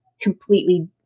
completely